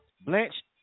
Blanche